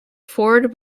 fort